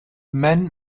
man